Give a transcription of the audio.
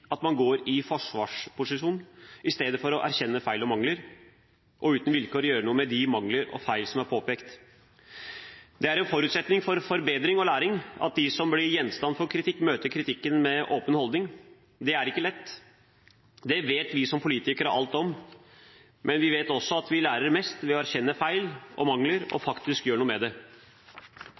at man går i forsvarsposisjon i stedet for å erkjenne feil og mangler og uten vilkår gjøre noe med de feil og mangler som er påpekt. Det er en forutsetning for forbedring og læring at de som blir gjenstand for kritikk, møter kritikken med en åpen holdning. Det er ikke lett. Det vet vi som politikere alt om, men vi vet også at vi lærer mest ved å erkjenne feil og mangler og faktisk gjøre noe med det.